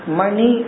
Money